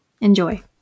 enjoy